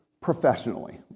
professionally